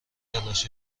تلاش